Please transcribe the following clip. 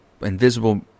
Invisible